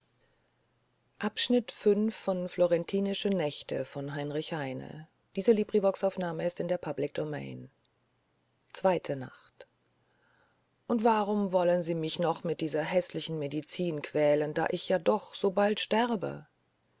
und warum wollen sie mich noch mit dieser häßlichen medizin quälen da ich ja doch so bald sterbe